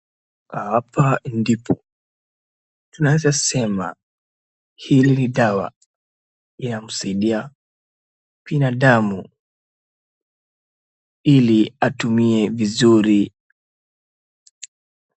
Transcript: Hapa ndipo, tunaeza sema, hili dawa inamsaidia binadamu ili atumie vizuri...